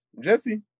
Jesse